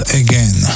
again